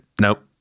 Nope